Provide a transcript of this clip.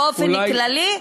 באופן כללי,